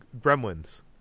gremlins